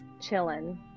chilling